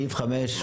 סעיף 5,